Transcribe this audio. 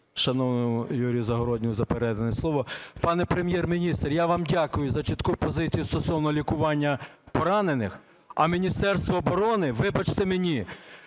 шановному Юрію Загородньому за передане слово. Пане Прем'єр-міністр, я вам дякую за чітку позицію стосовно лікування поранених. А Міністерство оборони, вибачте мені,